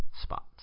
spots